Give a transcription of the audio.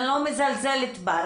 אני לא מזלזלת בה,